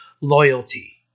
loyalty